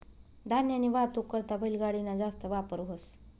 धान्यनी वाहतूक करता बैलगाडी ना जास्त वापर व्हस